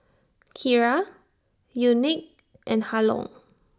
Kyra Unique and Harlon